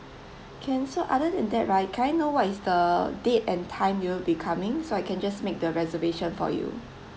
can so other than that right can I know what is the date and time you'll be coming so I can just make the reservation for you